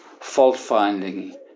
fault-finding